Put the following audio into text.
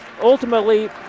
Ultimately